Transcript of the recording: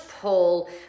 pull